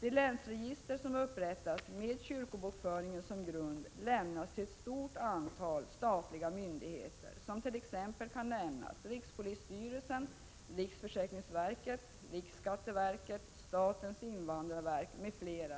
De länsregister som upprättas med kyrkobokföringen som grund lämnas till ett stort antal statliga myndigheter. Som exempel kan nämnas rikspolisstyrelsen, riksförsäkringsverket, riksskatteverket, statens invandrarverk m.fl.